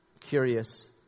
Curious